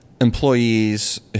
employees